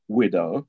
widow